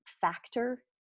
factor